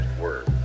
word